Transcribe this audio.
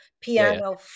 piano